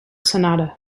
sonata